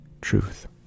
truth